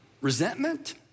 resentment